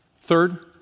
Third